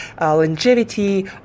longevity